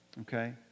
Okay